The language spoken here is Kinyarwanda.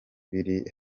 biri